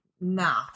Nah